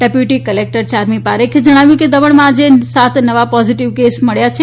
deputy collector યારમી પારેખે જણાવ્યું છે કે દમણમાં આજે સાત નવા પોઝીટીવ કેસો મળ્યા છે